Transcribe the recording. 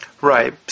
Right